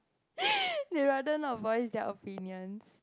they rather not voice their opinions